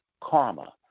karma